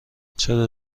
چرا